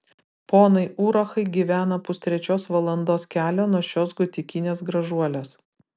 ponai urachai gyvena pustrečios valandos kelio nuo šios gotikinės gražuolės